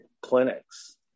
clinics